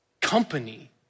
company